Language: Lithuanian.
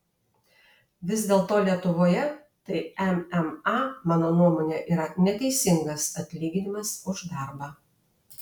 vis dėlto lietuvoje tai mma mano nuomone yra neteisingas atlyginimas už darbą